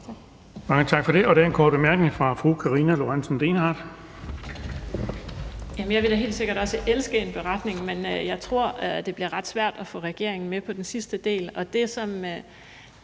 Mange tak for det. Der er en kort bemærkning fra fru Karina Lorentzen Dehnhardt. Kl. 15:57 Karina Lorentzen Dehnhardt (SF): Jamen jeg vil da helt sikkert også elske en beretning, men jeg tror, det bliver ret svært at få regeringen med på den sidste del.